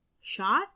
shot